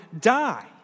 die